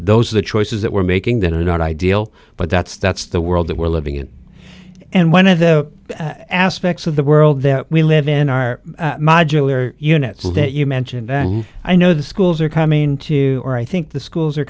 those are the choices that we're making that are not ideal but that's that's the world that we're living in and one of the at aspects of the world that we live in are modular units that you mentioned and i know the schools are coming to or i think the schools are